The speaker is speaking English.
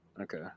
Okay